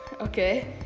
Okay